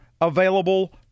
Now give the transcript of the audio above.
available